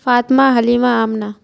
Fatima Halima Amna